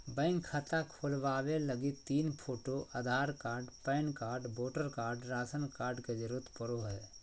bank खाता खोलबावे लगी तीन photo, Aadhaar card, PAN card, voter card, ration card के जरूरत पड़ो हय